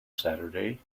saturday